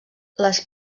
les